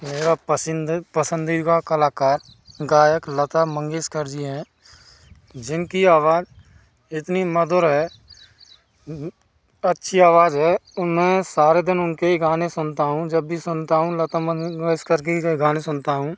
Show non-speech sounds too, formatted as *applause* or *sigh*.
मेरा पसंदीदा कलाकार गायक लता मंगेशकर जी हैं जिनकी आवाज इतनी मधुर है अच्छी आवाज है *unintelligible* सारे दिन उनके ही गाने सुनता हूँ जब भी सुनता हूँ लता मंगेशकर के ही के गाने सुनता हूँ